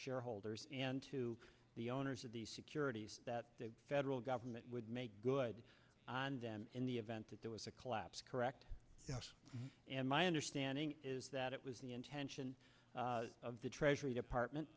shareholders and to the owners of these securities that the federal government would make good on them in the event that there was a collapse correct and my understanding is that it was the intention of the treasury department